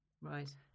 Right